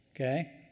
okay